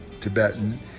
Tibetan